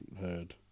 heard